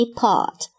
pot